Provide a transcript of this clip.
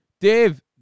Dave